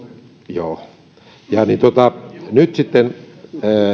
joo nyt sitten